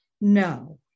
No